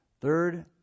Third